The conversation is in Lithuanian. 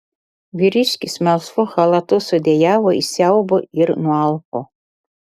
vyriškis melsvu chalatu sudejavo iš siaubo ir nualpo